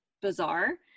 bizarre